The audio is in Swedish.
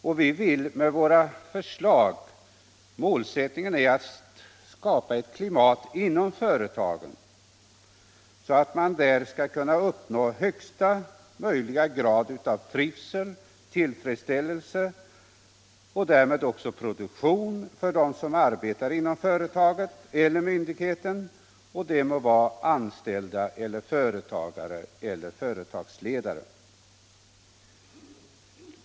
Målsättningen för våra förslag är att skapa ett sådant klimat att högsta möjliga grad av trivsel och tillfredsställelse uppnås för dem som arbetar inom företaget eller myndigheten och därmed också högsta möjliga produktion. Det må gälla anställda, företagare eller företagsledare.